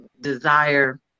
desire